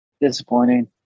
Disappointing